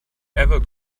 ever